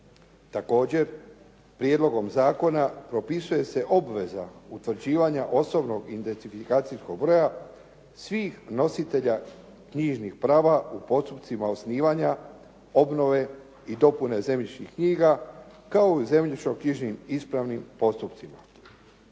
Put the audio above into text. Također, prijedlogom zakona propisuje se obveza utvrđivanja osobnog identifikacijskog broja svih nositelja knjižnih prava u postupcima osnivanja, obnove i dopune zemljišnih knjiga kao u zemljišno-knjižnim ispravnim postupcima.